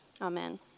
Amen